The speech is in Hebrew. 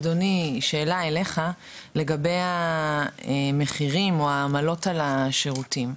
שאלה אליך על המחירים או העמלות על השירותים.